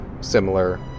similar